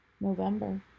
november